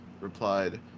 replied